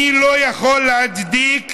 אני לא יכול להצדיק,